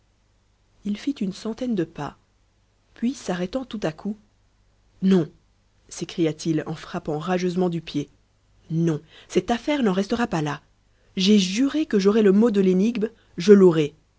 il fit une centaine de pas puis s'arrêtant tout à coup non s'écria-t-il en frappant rageusement du pied non cette affaire n'en restera pas là j'ai juré que j'aurais le mot de l'énigme je l'aurai